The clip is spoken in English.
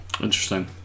Interesting